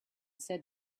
said